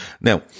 Now